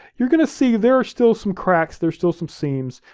you're gonna see, there are still some cracks, there are still some scenes,